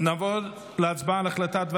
אפשר להתחיל את ההצבעה.